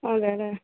അതെ അല്ലേ